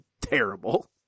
terrible